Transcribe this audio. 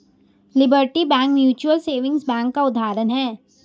liberty bank mutual saving bank का उदाहरण है